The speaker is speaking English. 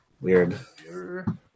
Weird